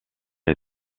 est